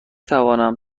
توانم